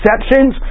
exceptions